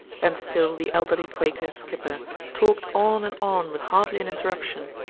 and still the elderly quaker skipper talked on and on with hardly an interruption,